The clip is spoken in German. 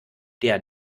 der